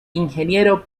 ingeniero